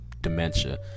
dementia